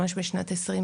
ממש בשנת 2023,